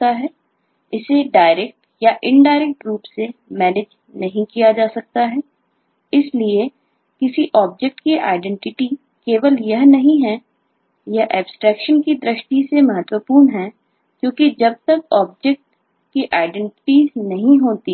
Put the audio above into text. सकते हैं